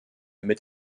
mit